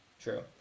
True